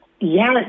yes